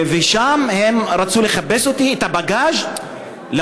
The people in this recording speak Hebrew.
והם רצו לחפש בבגאז' שלי,